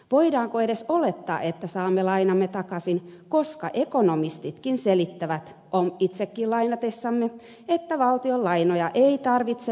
voidaanko edes olettaa että saamme lainamme takaisin koska ekonomistitkin selittävät itsekin lainatessamme että valtion lainoja ei tarvitse maksaa pois